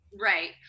Right